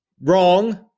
wrong